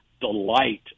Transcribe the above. delight